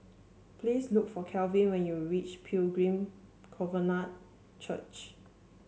please look for Kelvin when you reach Pilgrim Covenant Church